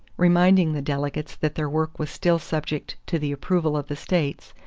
reminding the delegates that their work was still subject to the approval of the states,